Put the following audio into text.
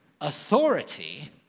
authority